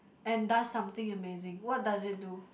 and does something amazing what does it do